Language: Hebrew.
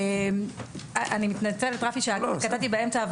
אני מתנצלת רפי שקטעתי באמצע,